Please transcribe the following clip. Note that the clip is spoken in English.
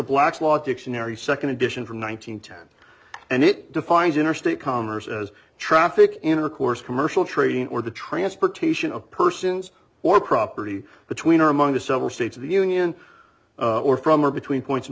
black's law dictionary second edition from one nine hundred ten and it defines interstate commerce as traffic intercourse commercial trading or the transportation of persons or property between or among the several states of the union or from or between points in